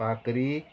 भाकरी